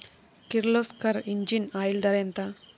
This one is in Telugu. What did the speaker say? కిర్లోస్కర్ ఇంజిన్ ఆయిల్ ధర ఎంత?